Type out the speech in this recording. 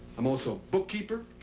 i'm also a bookkeeper,